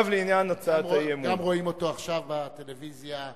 גם רואים אותו עכשיו בטלוויזיה,